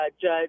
judge